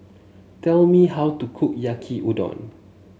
tell me how to cook Yaki Udon